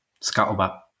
Scuttlebutt